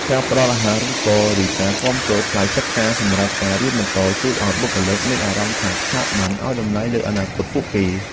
ការផ្ដល់អាហារូបករណ៍ឬការគាំទ្រថ្លៃសិក្សាសម្រាប់ការរៀនបន្ត ជួយឱ្យបុគ្គលិកមានអារម្មណ៍ថាស្ថាប័នឱ្យតម្លៃលើអនាគតពួកគេ។